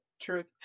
truth